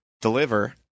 deliver